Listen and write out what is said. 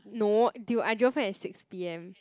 no dude I drove her at six p_m